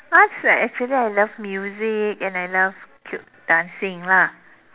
arts actually I love music and I love c~ dancing lah